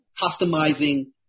customizing